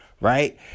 right